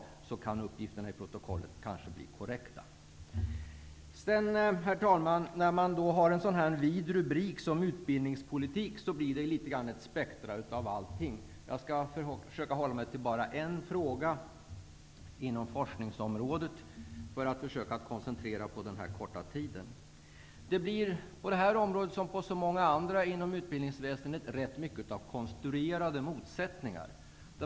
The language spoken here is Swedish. Då kan kanske uppgifterna i protokollet bli korrekta. Med en så vid rubrik som Utbildningspolitik blir det gärna ett spektrum av allting. Jag skall koncentrera mig till bara en fråga inom forskningsområdet för att hålla mig inom den korta taletiden. På detta område som på så många andra inom utbildningsväsendet blir det rätt mycket av konstruerade motsättningar.